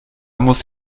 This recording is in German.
muss